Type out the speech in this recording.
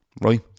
right